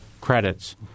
credits